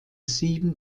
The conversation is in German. sieben